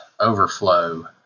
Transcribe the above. overflow